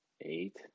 eight